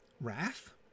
Wrath